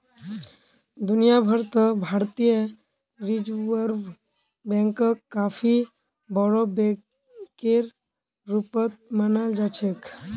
दुनिया भर त भारतीय रिजर्ब बैंकक काफी बोरो बैकेर रूपत मानाल जा छेक